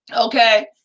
Okay